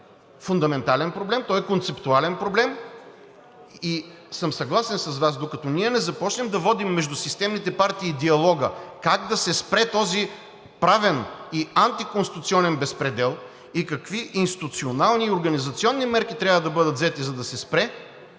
това е фундаментален проблем, той е концептуален проблем и съм съгласен с Вас – докато ние не започнем да водим между системните партии диалога как да се спре този правен и антиконституционен безпредел и какви институционални и организационни мерки трябва да бъдат взети, за да се спре,